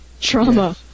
Trauma